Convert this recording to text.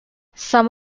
some